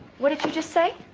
what if you just say?